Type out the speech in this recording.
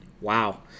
Wow